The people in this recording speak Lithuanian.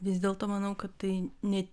vis dėlto manau kad tai ne